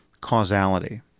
causality